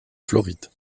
floride